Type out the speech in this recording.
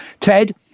Ted